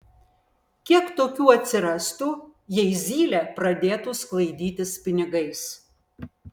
kiek tokių atsirastų jei zylė pradėtų sklaidytis pinigais